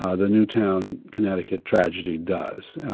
ah the newtown, connecticut tragedy does.